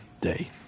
day